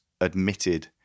admitted